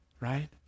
Right